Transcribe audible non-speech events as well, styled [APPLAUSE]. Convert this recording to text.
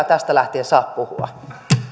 [UNINTELLIGIBLE] tästä lähtien saa puhua